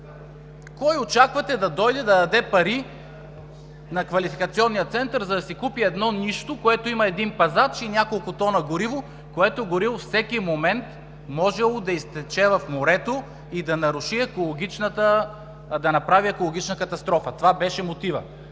Кой очаквате да дойде и да даде пари на Квалификационния център, за да си купи едно нищо, което има един пазач и няколко тона гориво, което всеки момент можело да изтече в морето и да направи екологична катастрофа? Това беше мотивът